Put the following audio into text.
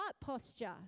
posture